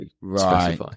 right